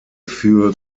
für